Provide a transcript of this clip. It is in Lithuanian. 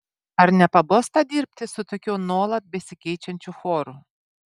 ar nepabosta dirbti su tokiu nuolat besikeičiančiu choru